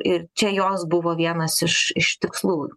ir čia jos buvo vienas iš tikslų